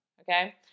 okay